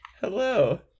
Hello